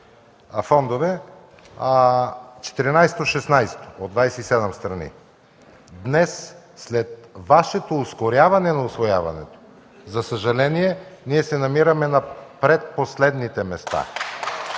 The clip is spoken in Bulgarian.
14-то, 16-то от 27 страни. Днес, след Вашето ускоряване на усвояването, за съжаление ние се намираме на предпоследните места.